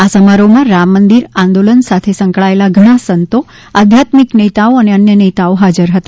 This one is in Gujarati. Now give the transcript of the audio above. આ સમારોહમાં રામ મંદિર આંદોલન સાથે સંકળાયેલા ઘણા સંતો આધ્યાત્મિક નેતાઓ અને અન્ય નેતાઓ હાજર હતા